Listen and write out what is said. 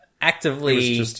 actively